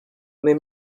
même